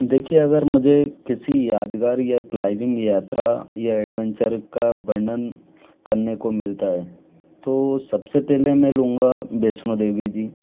देखिये अगर मुझे किसी यादगार या क्लाइविंग यात्रा या एडवेंचर का वर्णन करने को मिलता है तो सबसे पहले मैं लूंगा वैष्णो देवी जी